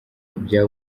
bya